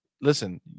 listen